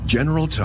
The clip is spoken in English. General